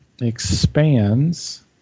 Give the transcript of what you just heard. expands